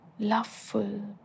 loveful